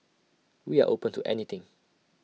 we are open to anything